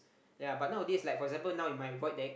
yea but nowadays like for example now in my void deck